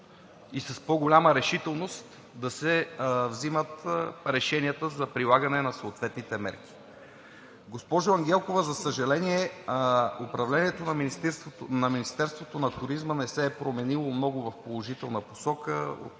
и с по-голяма решителност да се вземат решенията за прилагане на съответните мерки. Госпожо Ангелкова, за съжаление, управлението на Министерството на туризма не се е променило много в положителна посока